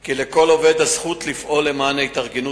כי לכל עובד הזכות לפעול למען התארגנות